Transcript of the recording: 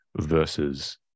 versus